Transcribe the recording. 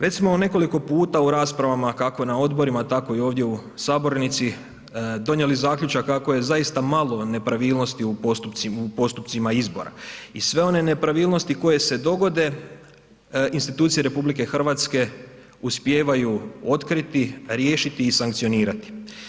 Već smo nekoliko puta u raspravama, kako na odborima, tako i ovdje u sabornici donjeli zaključak kako je zaista malo nepravilnosti u postupcima izborima i sve one nepravilnosti koje se dogode institucije RH uspijevaju otkriti, riješiti i sankcionirati.